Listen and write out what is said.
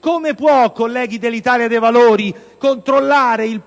Parlamento, colleghi dell'Italia dei Valori, controllare i